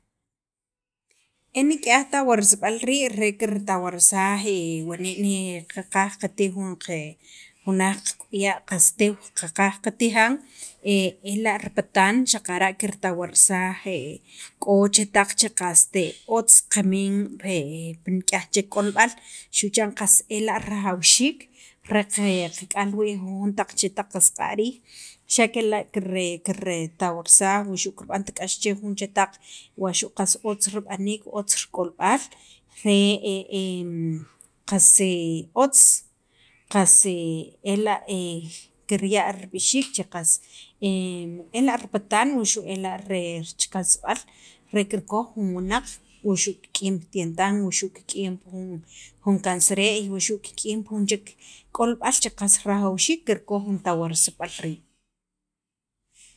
e nik'yaj tawarsib'al rii', re kirtawarsaj wani' ne qaqaj qatij jun laj qak'uya' qas teew qaqaj qatijan ela' ripataan, xaqara' kirtawarsaj k'o chetaq qas otz qamin pe nik'yaj chek k'olb'al xu' chan ela' qas rajawxiik re qe qak'al wii' jujon taq chetaq che qas q'a' riij xa' kela' kir kirtawarsaj wuxu' kirb'ant k'ax che jun chetaq otz rik'olb'al re qas otz qas ela' kirya' rib'ixiik che qas ela' ripatan wuxu' ela' richakansab'al re kirkoj jun wunaj wuxu' kik'iyin pi tientan, wuxu kik'iyin jun karnisere'y wuxu' kik'iyin pi jun chek k'olb'al che qas rajawxiik kirkoj jun tawarsab'al rii'